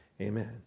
Amen